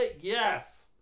Yes